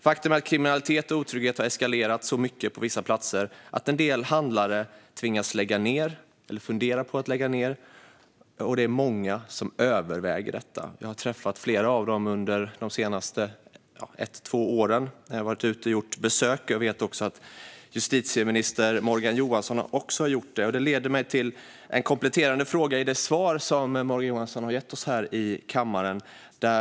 Faktum är att kriminalitet och otrygghet har eskalerat så mycket på vissa platser att en del handlare tvingas lägga ned eller funderar på att lägga ned. Det är många som överväger detta. Jag har träffat flera av dem under de senaste ett två åren när jag har varit ute och gjort besök. Jag vet att även justitieminister Morgan Johansson har gjort det. Det leder mig till en kompletterande fråga efter det svar som Morgan Johansson har gett oss här i kammaren.